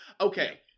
Okay